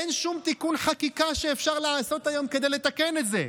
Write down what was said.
אין שום תיקון חקיקה שאפשר לעשות היום כדי לתקן את זה,